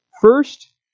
First